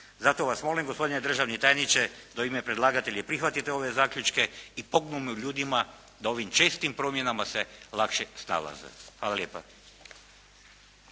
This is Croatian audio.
Zato vas molim gospodine državni tajniče, da u ime predlagatelja i prihvatite ove zaključke i pomognemo ljudima da ovim čestim promjenama se lakše snalaze. Hvala lijepa.